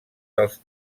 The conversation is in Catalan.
dels